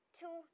two